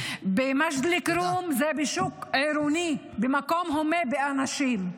במג'ד אל-כרום זה בשוק עירוני, במקום הומה מאנשים.